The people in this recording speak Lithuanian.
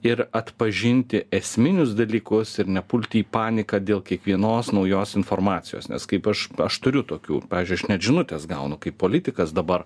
ir atpažinti esminius dalykus ir nepulti į paniką dėl kiekvienos naujos informacijos nes kaip aš aš turiu tokių pavyzdžiui aš net žinutes gaunu kaip politikas dabar